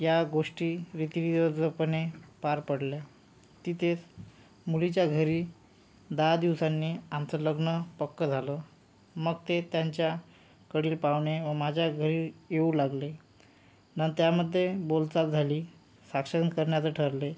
या गोष्टी विक्लिअज पणे पार पडल्या तिथेच मुलीच्या घरी दहा दिवसांनी आमचं लग्न पक्कं झालं मग ते त्यांच्याकडील पाहुणे व माझ्या घरी येऊ लागले न त्यामध्ये बोलचाल झाली साक्षगंध करण्याचं ठरले